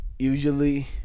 usually